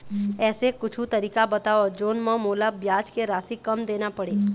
ऐसे कुछू तरीका बताव जोन म मोला ब्याज के राशि कम देना पड़े?